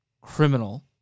criminal